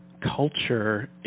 culture